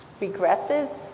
regresses